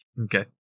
Okay